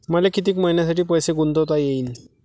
मले कितीक मईन्यासाठी पैसे गुंतवता येईन?